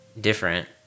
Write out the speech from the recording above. different